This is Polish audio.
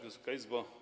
Wysoka Izbo!